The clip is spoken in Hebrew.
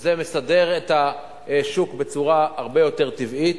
זה מסדר את השוק בצורה הרבה יותר טבעית,